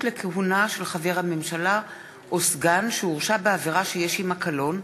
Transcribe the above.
לכהונה של חבר הממשלה או סגן שהורשע בעבירה שיש עמה קלון),